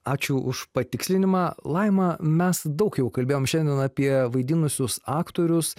ačiū už patikslinimą laima mes daug jau kalbėjom šiandien apie vaidinusius aktorius